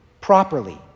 properly